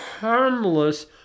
harmless